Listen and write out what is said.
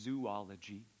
zoology